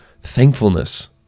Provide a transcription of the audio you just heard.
thankfulness